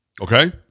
Okay